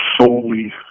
solely